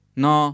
no